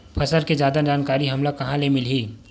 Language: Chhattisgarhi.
फसल के जादा जानकारी हमला कहां ले मिलही?